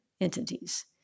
entities